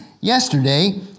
Yesterday